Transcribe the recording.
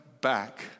back